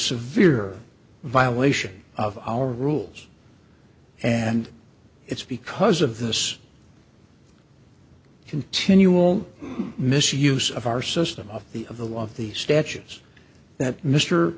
severe violation of our rules and it's because of this continual misuse of our system of the of the law of the statutes that mr